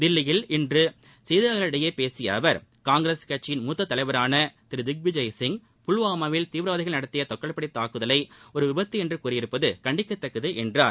தில்லியில் இன்று செய்தியாளர்களிடம் பேசிய அவர் காங்கிரஸ் கட்சியின் மூத்த தலைவரான திரு திக்விஜய் சிங் புல்வாமாவில் தீவிரவாதிகள் நடத்திய தற்கொலைப்படைத் தாக்குதலை ஒரு விபத்து என்று கூறியிருப்பது கண்டிக்கத்தக்கது என்றார்